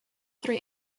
three